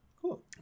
Cool